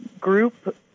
group